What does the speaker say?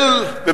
אגב,